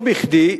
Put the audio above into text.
לא בכדי,